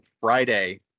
friday